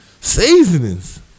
Seasonings